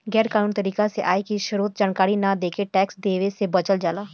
गैर कानूनी तरीका से आय के स्रोत के जानकारी न देके टैक्स देवे से बचल जाला